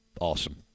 awesome